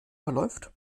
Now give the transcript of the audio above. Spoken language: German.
verläuft